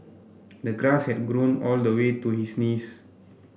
the grass had grown all the way to his knees